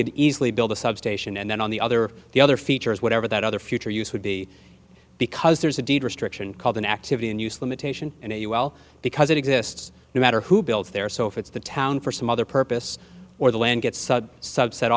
could easily build a substation and then on the other the other features whatever that other future use would be because there's a deed restriction called an activity and use limitation and you well because it exists no matter who builds there so if it's the town for some other purpose or the land gets subset